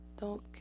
Donc